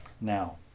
now